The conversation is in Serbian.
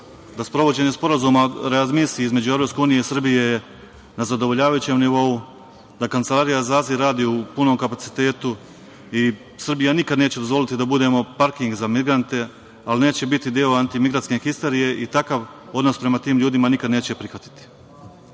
da sprovođenje sporazuma u readmisiji između EU i Srbije je na zadovoljavajućem nivou, da Kancelarija za azil radi u punom kapacitetu i Srbija nikad neće dozvoliti da budemo parking za migrante, ali neće biti deo antimigrantske histerije i takav odnos prema tim ljudima nikada neće prihvatiti. Kada